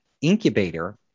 incubator